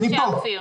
בבקשה, כפיר.